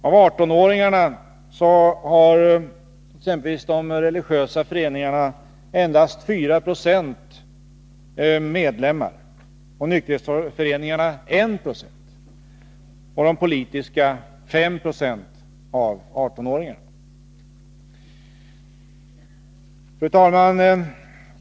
Av 18-åringarna hade exempelvis de religiösa föreningarna endast 4 96 som medlemmar, och nykterhetsföreningarna endast 1 90. De politiska föreningarna hade 5 96 av 18-åringarna som medlemmar. Fru talman!